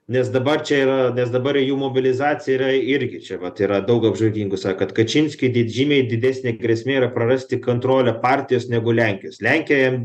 nes dabar čia yra nes dabar į jų mobilizacija yra irgi čia vat yra daug gauk žodingų sako kad kačinskiui dėn žymiai didesnė grėsmė yra prarasti kontrolę partijos negu lenkijos lenkija jam